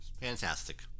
Fantastic